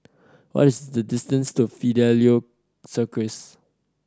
what is the distance to Fidelio Circus